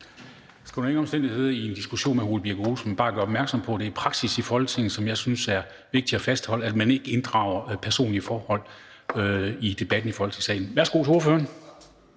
skal under ingen omstændigheder i en diskussion med hr. Ole Birk Olesen, men bare gøre opmærksom på, at det er en praksis i Folketinget, som jeg synes er vigtig at fastholde, at man ikke inddrager personlige forhold i debatten i Folketingssalen. Værsgo til ordføreren.